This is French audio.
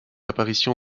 apparition